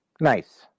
Nice